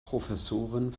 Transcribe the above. professorin